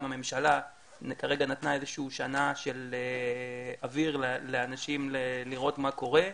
אם הממשלה כרגע נתנה איזה שהיא שנה של אוויר לאנשים לראות מה קורה,